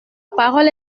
parole